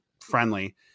friendly